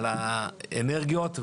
על האנרגיות,